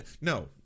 No